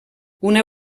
una